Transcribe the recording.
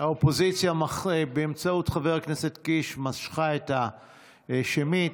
האופוזיציה באמצעות חבר הכנסת קיש משכה את השמית.